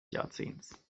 jahrzehnts